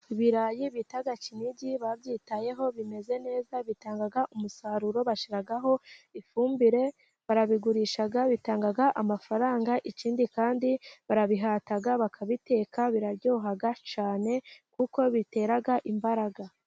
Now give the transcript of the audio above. Ibirayi bita kinigi, babyitayeho bimeze neza bitanga umusaruro, bashyiraho ifumbire, barabigurisha, bitanga amafaranga ikindi kandi barabihata bakabiteka, biraryohaha cyane kuko bitera imbaraga.